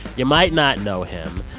you might not know him,